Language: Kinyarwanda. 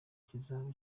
kizaba